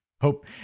Hope